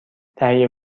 تهیه